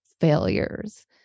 failures